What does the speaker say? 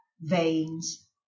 veins